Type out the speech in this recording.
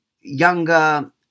younger